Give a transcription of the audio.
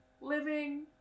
living